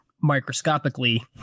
microscopically